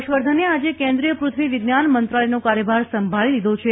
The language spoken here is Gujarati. હર્ષવર્ધને આજે કેન્દ્રિય પૃથ્વી વિજ્ઞાન મંત્રાલયનો કાર્યભાર સંભાળી લીધો છે